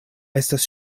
estas